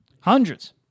hundreds